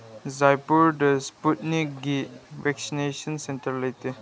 ꯖꯥꯏꯄꯨꯔꯗ ꯏꯁꯄꯨꯠꯅꯤꯛꯀꯤ vaccination centre ꯂꯩꯇ꯭ꯔꯦ